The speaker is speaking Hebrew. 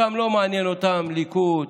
אותם לא מעניין ליכוד,